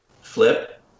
flip